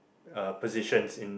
uh positions in